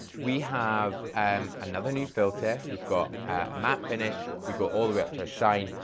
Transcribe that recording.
we have um another new filter. we've got a matte finish, we go all the way up to a shine,